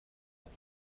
that